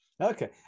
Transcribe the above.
Okay